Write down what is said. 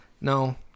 No